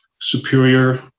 superior